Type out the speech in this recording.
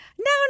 No